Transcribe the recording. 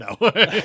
No